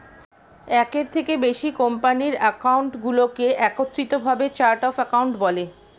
একের থেকে বেশি কোম্পানির অ্যাকাউন্টগুলোকে একত্রিত ভাবে চার্ট অফ অ্যাকাউন্ট বলে